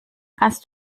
kannst